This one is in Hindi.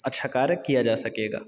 अच्छा कार्य किया जा सकेगा